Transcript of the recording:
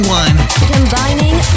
Combining